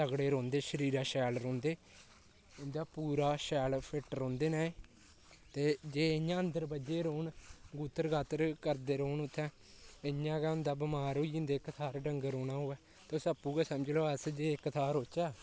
तगड़े रौहंदे शरीरा शैल रौहंदे उं'दा पूरा शैल फिट रौहंदे न ते जे इ'यां अंदर बज्जे दे रौह्न गूत्तर गत्तर करदे रौह्न उत्थें इ'यां गै होंदा बमार होई जंदे इक थाह्र डंगर ब'न्नना होऐ तुस आपूं गै समझी लैओ अस जे इक थाह्र रौह्चे